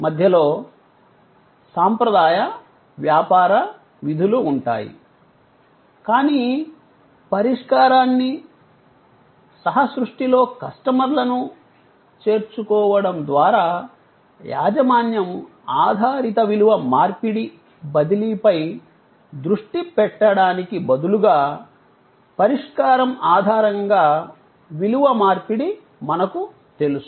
మధ్యలో సాంప్రదాయ వ్యాపార విధులు ఉంటాయి కానీ పరిష్కారాన్ని సహ సృష్టిలో కస్టమర్లను చేర్చుకోవడం ద్వారా యాజమాన్యం ఆధారిత విలువ మార్పిడి బదిలీపై దృష్టి పెట్టడానికి బదులుగా పరిష్కారం ఆధారంగా విలువ మార్పిడి మనకు తెలుసు